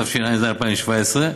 התשע"ז 2017,